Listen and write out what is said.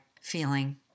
feeling